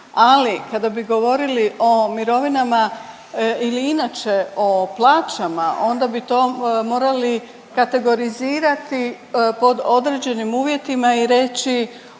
a kada bi govorili o mirovinama ili inače o plaćama onda bi to morali kategorizirati pod određenim uvjetima i reći